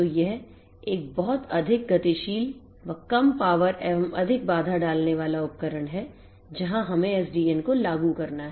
तो यह एक बहुत अधिक गतिशील व कम पावर एवं अधिक बाधा डालने वाला उपकरण है जहां हमें SDN को लागू करना है